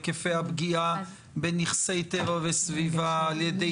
היקפי הפגיעה בנכסי טבע וסביבה על ידי כי"ל?